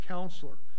Counselor